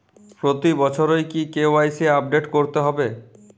প্রতি বছরই কি কে.ওয়াই.সি আপডেট করতে হবে?